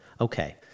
Okay